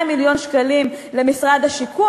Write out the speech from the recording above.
200 מיליון שקלים למשרד השיכון.